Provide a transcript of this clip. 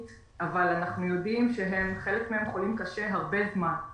אבל אנחנו יודעים שהם חלק מחולים קשה הרבה זמן.